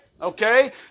Okay